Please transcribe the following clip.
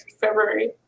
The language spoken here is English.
February